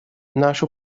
нашу